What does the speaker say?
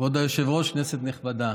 כבוד היושב-ראש, כנסת נכבדה,